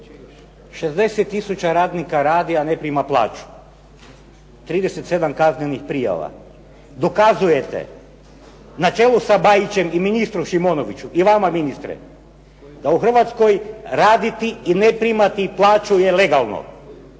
60000 radnika radi, a ne prima plaću, 37 kaznenih prijava. Dokazuje se na čelu sa Bajićem i ministru Šimonoviću i vama ministre da u Hrvatskoj raditi i ne primati plaću je legalno.